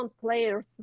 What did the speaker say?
players